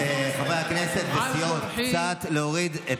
חברי הכנסת והסיעות, קצת להוריד.